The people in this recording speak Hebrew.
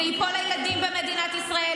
זה ייפול לילדים במדינת ישראל,